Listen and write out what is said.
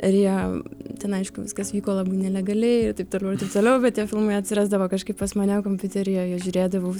ir jie ten aišku viskas vyko labai nelegaliai ir taip toliau ir taip toliau bet tie filmai atsirasdavo kažkaip pas mane kompiuteryje juos žiūrėdavau